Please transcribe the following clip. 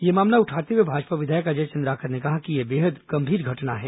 यह मामला उठाते हए भाजपा विधायक अजय चंद्राकर ने कहा कि यह बेहद गंभीर घटना है